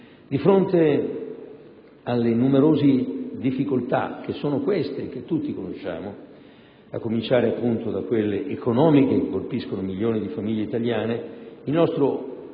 Di fronte alle numerose difficoltà, che sono queste e che tutti conosciamo, a cominciare appunto da quelle economiche che colpiscono milioni di famiglie italiane, il nostro